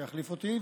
שיחליף אותי,